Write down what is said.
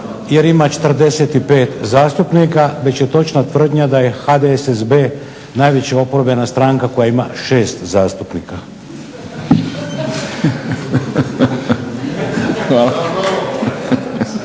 jer ima 45 zastupnika, već je točna tvrdnja da je HDSSB najveća oporbena stranka koja ima 6 zastupnika.